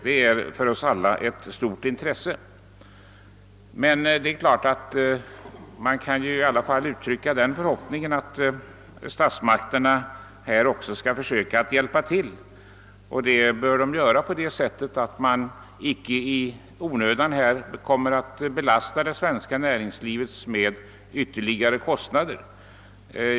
Det är ett stort intresse för oss alla att den vakthållningen kan upprätthållas, och vi hoppas naturligtvis att statsmakterna hjälper till genom att inte i onödan belasta det svenska näringslivet med ytterligare kostnader.